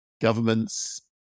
governments